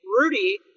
rudy